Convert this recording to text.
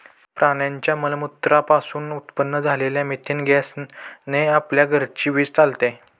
प्राण्यांच्या मलमूत्रा पासून उत्पन्न झालेल्या मिथेन बायोगॅस ने आपल्या घराची वीज चालते